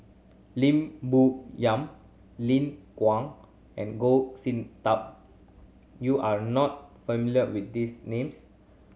Lim Bo Yam Lin Guang and Goh Sin Tub you are not familiar with these names